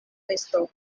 vesto